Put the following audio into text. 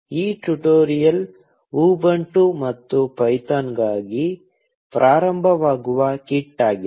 ಈ tutorial Ubuntu ಮತ್ತು ಪೈಥಾನ್ಗಾಗಿ ಪ್ರಾರಂಭವಾಗುವ ಕಿಟ್ ಆಗಿದೆ